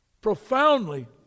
profoundly